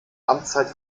amtszeit